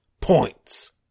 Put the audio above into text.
points